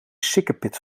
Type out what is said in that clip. sikkepit